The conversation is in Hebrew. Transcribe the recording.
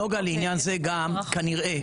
לעניין זה גם כנראה,